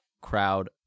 crowd